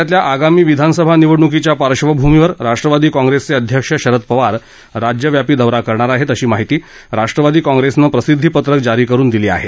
राज्यातल्या आगामी विद्यानसभा निवडणुकीच्या पार्श्वभूमीवर राष्ट्रवादी काँग्रेसचे अध्यक्ष शरद पवार राज्यव्यापी दौरा करणार आहेत अशी माहिती राष्ट्रवादी काँग्रेसनं प्रसिद्धीपत्रक जारी करून दिली आहे